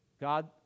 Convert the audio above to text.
God